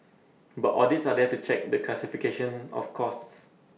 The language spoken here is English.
but audits are there to check the classification of costs